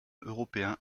européen